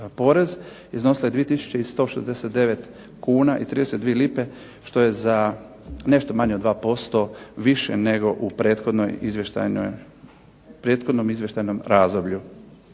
iznosila je 2169,32 kuna što je za nešto manje od 2% više nego u prethodnom izvještajnom razdoblju.